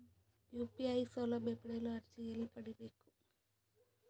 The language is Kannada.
ಯು.ಪಿ.ಐ ಸೌಲಭ್ಯ ಪಡೆಯಲು ಅರ್ಜಿ ಎಲ್ಲಿ ಪಡಿಬೇಕು?